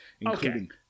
including